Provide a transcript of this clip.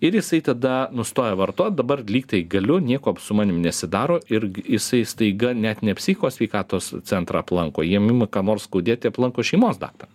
ir jisai tada nustoja vartot dabar lygtai galiu nieko su manim nesidaro ir jisai staiga net ne psichikos sveikatos centrą aplanko jam ima ką nors skaudėti aplanko šeimos daktarą